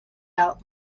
out